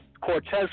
Cortez